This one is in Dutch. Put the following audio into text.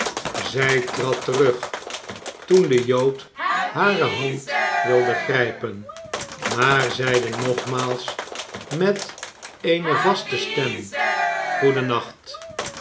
zij trad terug toen de jood hare hand wilde grijpen maar zeide nogmaals met eene vaste stem